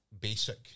basic